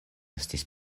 estis